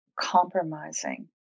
compromising